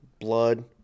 blood